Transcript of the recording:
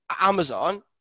Amazon